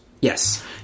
Yes